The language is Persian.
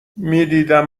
میدیدم